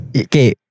okay